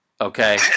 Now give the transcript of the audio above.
okay